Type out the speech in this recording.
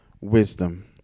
wisdom